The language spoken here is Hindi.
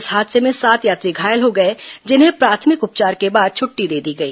इस हादसे में सात यात्री घायल हो गए जिन्हें प्राथमिक उपचार के बाद छुट्टी दे दी गई